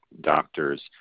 doctors